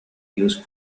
used